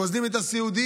גוזלים את הסיעודיים,